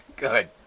Good